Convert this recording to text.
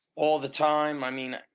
all the time. i mean.